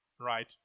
right